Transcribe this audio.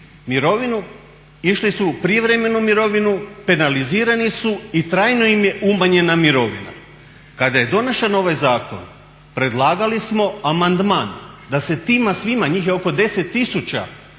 mirovinu išli su i prijevremenu mirovinu, penalizirani su i trajno im je umanjena mirovina. Kad je donesen ovaj zakon predlagali smo amandman da se tima svima, njih je oko 10